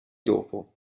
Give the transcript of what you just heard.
dopo